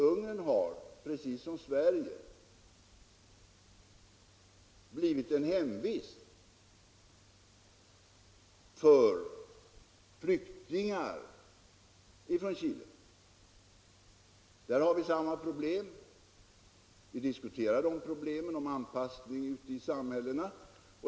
Ungern har, precis som Sverige, blivit en hemvist för flyktingar från Chile.